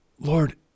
Lord